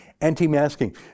Anti-masking